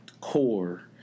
core